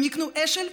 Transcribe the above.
הם יקנו אשל,